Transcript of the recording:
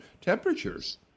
temperatures